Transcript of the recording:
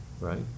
right